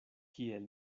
kiel